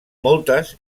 moltes